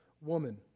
woman